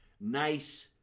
nice